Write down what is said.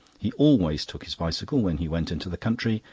he always took his bicycle when he went into the country.